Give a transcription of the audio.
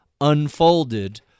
unfolded